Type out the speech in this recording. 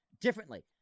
differently